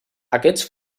aquests